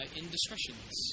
indiscretions